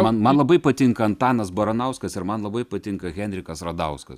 man man labai patinka antanas baranauskas ir man labai patinka henrikas radauskas